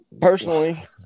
personally